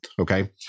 Okay